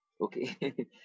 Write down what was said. Okay